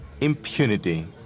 impunity